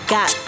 Got